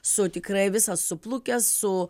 su tikrai visas suplukęs su